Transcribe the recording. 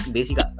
basic